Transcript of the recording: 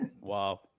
Wow